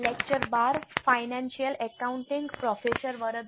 નમસ્તે